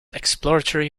exploratory